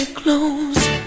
clothes